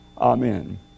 Amen